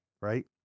right